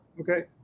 okay